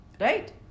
Right